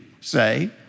say